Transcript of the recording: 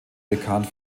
bekannt